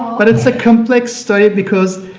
but it's a complex story because